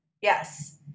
Yes